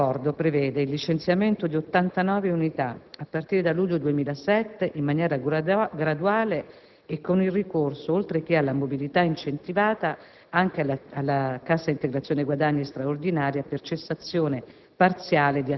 Tale accordo prevede il licenziamento di 89 unità a partire da luglio 2007, in maniera graduale e con il ricorso, oltre che alla mobilità incentivata, anche alla cassa integrazione guadagni straordinaria (CIGS) per cessazione